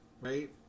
right